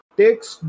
takes